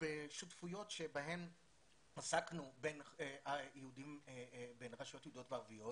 בשותפויות שבהן עסקנו בין רשויות יהודיות וערביות